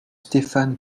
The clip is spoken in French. stéphane